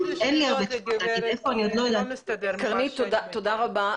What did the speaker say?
אין לי הרבה תשובות להגיד --- קרנית, תודה רבה.